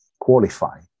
qualify